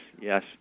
yes